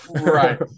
Right